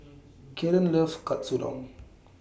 Kaeden loves Katsudon